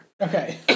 Okay